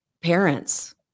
parents